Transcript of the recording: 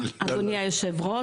אדוני היושב ראש,